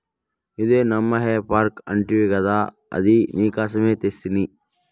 ఇదే నమ్మా హే ఫోర్క్ అంటివి గదా అది నీకోసమే తెస్తిని